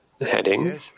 Heading